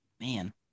man